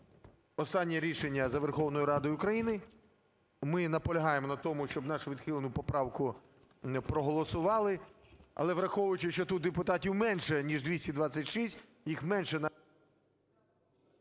останнє рішення за Верховною Радою України. Ми наполягаємо на тому, щоб нашу відхилену поправку проголосували. Але, враховуючи, що тут депутатів менше, ніж 226, їх менше…